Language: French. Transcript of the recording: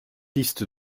liste